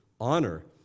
honor